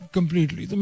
completely